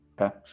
Okay